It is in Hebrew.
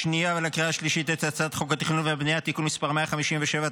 ולקריאה השלישית את הצעת חוק התכנון והבנייה (תיקון מס' 157),